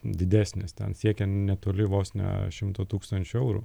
didesnis ten siekia netoli vos ne šimto tūkstančių eurų